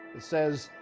it says,